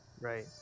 Right